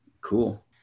Cool